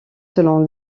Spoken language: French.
selon